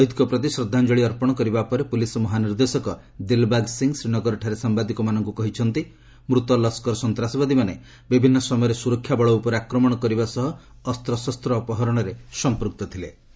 ଆଜି ଶହିଦ୍ଙ୍କ ପ୍ରତି ଶ୍ରଦ୍ଧାଞ୍ଜଳି ଅର୍ପଣ କରିବା ପରେ ପୁଲିସ୍ ମହାନିର୍ଦ୍ଦେଶକ ଦିଲ୍ବାଗ୍ ସିଂ ଶ୍ରୀନଗରଠାରେ ସାମ୍ବାଦିକମାନଙ୍କୁ କହିଛନ୍ତି ମୃତ ଲସ୍କର୍ ସନ୍ତାସବାଦୀମାନେ ବିଭିନ୍ନ ସମୟରେ ସୁରକ୍ଷା ବଳ ଉପରେ ଆକ୍ରମଣ କରିବା ସହ ଅସ୍ତ୍ରଶସ୍ତ ଅପହରଣରେ ସମ୍ପୃକ୍ତ ଥିଲେ